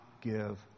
give